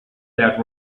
that